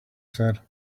said